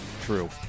true